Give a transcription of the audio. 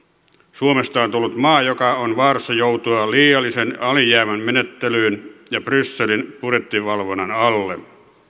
suomesta on on tullut maa joka on vaarassa joutua liiallisen alijäämän menettelyyn ja brysselin budjettivalvonnan alle